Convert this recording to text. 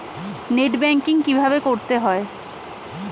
Net banking কীভাবে করতে হয়?